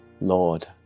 Lord